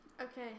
Okay